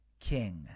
king